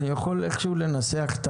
אפשר איכשהו לנסח?